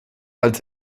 als